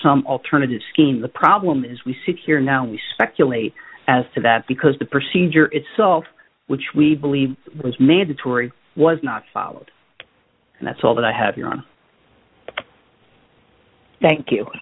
some alternative scheme the problem is we sit here now we speculate as to that because the procedure itself which we believe was mandatory was not followed and that's all that i have here on thank you